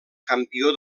campió